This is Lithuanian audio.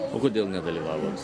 o kodėl nedalyvavot